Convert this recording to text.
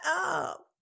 up